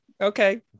okay